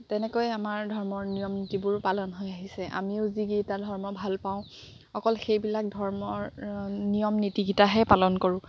তেনেকৈ আমাৰ ধৰ্মৰ নিয়ম নীতিবোৰো পালন হৈ আহিছে আমিও যিকেইটা ধৰ্ম ভালপাওঁ অকল সেইবিলাক ধৰ্মৰ নিয়ম নীতিকেইটাহে পালন কৰোঁ